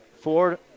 Ford